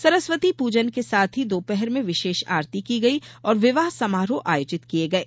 सरस्वती प्रजन के साथ ही दोपहर में विशेष आरती की गई और विवाह समारोह आयोजित किये गये